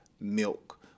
milk